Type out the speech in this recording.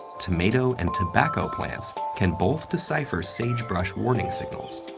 tomato and tobacco plants can both decipher sagebrush warning signals.